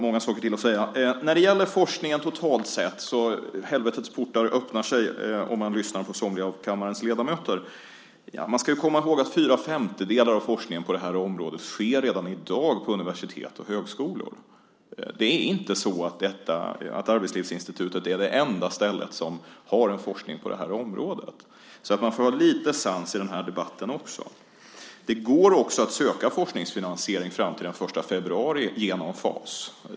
När det gäller forskningen totalt sett - helvetets portar öppnar sig, om man lyssnar på somliga av kammarens ledamöter - ska man komma ihåg att fyra femtedelar av forskningen på det här området redan i dag sker på universitet och högskolor. Det är inte så att Arbetslivsinstitutet är det enda ställe som har forskning på detta område. Vi måste ha lite sans i debatten också. Det går också att söka forskningsfinansiering fram till den 1 februari genom FAS.